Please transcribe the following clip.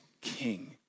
king